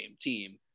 team